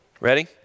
Ready